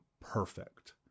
perfect